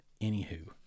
Anywho